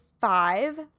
five